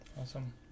awesome